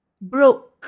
Broke